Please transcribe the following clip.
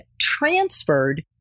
transferred